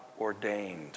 ordained